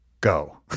go